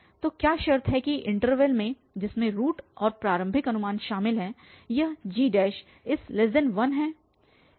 तो क्या शर्त है कि इन्टरवल में जिसमें रूट और प्रारंभिक अनुमान शामिल है यह g1 है